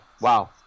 wow